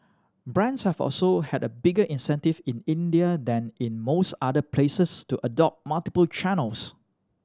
brands have also had a bigger incentive in India than in most other places to adopt multiple channels